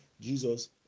jesus